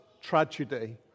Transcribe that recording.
tragedy